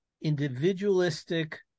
individualistic